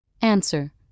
Answer